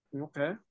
Okay